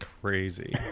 crazy